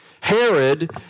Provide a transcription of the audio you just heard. Herod